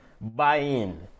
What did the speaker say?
buy-in